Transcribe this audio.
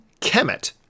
Kemet